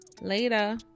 Later